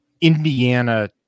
Indiana